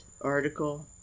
article